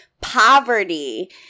poverty